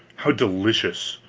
how delicious!